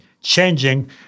changing